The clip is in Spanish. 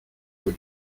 hoy